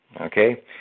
Okay